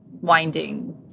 winding